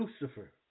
Lucifer